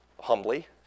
humbly